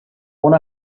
one